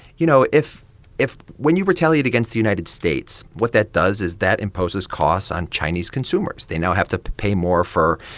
you know, if if when you retaliate against the united states, what that does is that imposes costs on chinese consumers. they now have to pay more for,